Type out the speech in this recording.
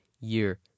year